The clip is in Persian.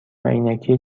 عینکی